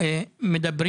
אתה מדבר